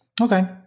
Okay